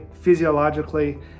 physiologically